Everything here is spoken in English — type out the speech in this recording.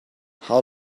how